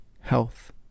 health